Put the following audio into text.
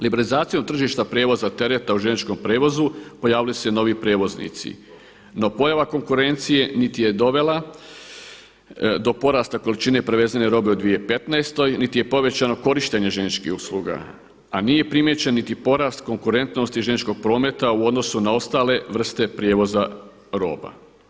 Liberalizacijom tržišta prijevoza tereta u željezničkom prijevozu pojavili su se novi prijevoznici, no pojava konkurencije niti je dovela do porasta količine prevezene robe u 2015. niti je povećano korištenje željezničkih usluga, a nije primijećen niti porast konkurentnosti željezničkog prometa u odnosu na ostale vrste prijevoza roba.